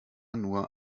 nur